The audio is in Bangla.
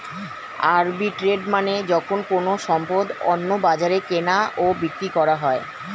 আরবিট্রেজ মানে যখন কোনো সম্পদ অন্য বাজারে কেনা ও বিক্রি করা হয়